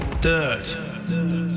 dirt